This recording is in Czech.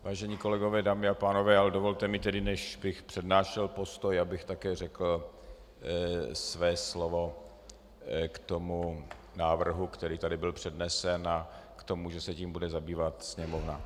Vážení kolegové, dámy a pánové, dovolte mi tedy, než bych přednášel postoj, abych také řekl své slovo k tomu návrhu, který tady byl přednesen, a k tomu, že se tím bude zabývat Sněmovna.